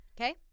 Okay